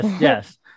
yes